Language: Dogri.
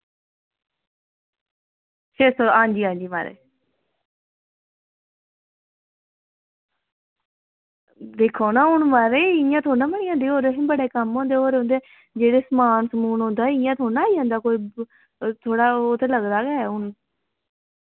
हां जी हां जी म्हाराज दिक्खो ना म्हाराज इ'यां थोह्ड़े ना होई जंदी होर बी बड़े कम्म होंदे होर जेह्ड़े समान समून औंदा इ'यां थोड़े ना आई जंदा कोई थोह्ड़ा ओह् ते लगदा गै ऐ हून